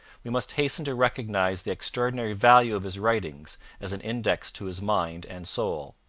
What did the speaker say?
we must hasten to recognize the extraordinary value of his writings as an index to his mind and soul.